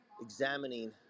examining